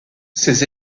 ces